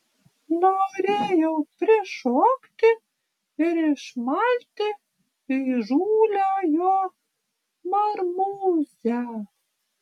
norėjau prišokti ir išmalti įžūlią jo marmūzę